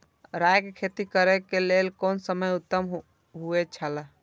राय के खेती करे के लेल कोन समय उत्तम हुए छला?